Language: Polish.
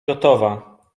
gotowa